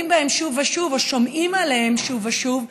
בהם שוב ושוב או שומעים עליהם שוב ושוב.